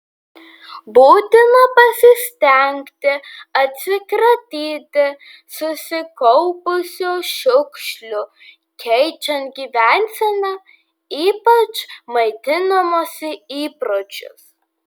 būtina pasistengti atsikratyti susikaupusių šiukšlių keičiant gyvenseną ypač maitinimosi įpročius